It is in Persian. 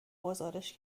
گزارش